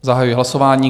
Zahajuji hlasování.